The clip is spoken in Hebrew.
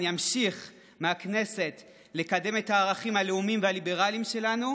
אני אמשיך מהכנסת לקדם את הערכים הלאומיים והליברליים שלנו,